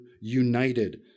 united